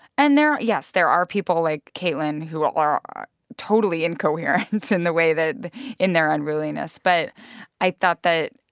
and there are yes, there are people like caitlyn who are are totally incoherent in the way that in their unruliness. but i thought that,